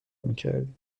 میکردیم